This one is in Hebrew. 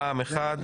רע"מ אחד,